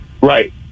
Right